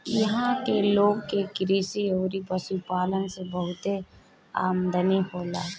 इहां के लोग के कृषि अउरी पशुपालन से बहुते आमदनी होखेला